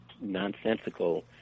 nonsensical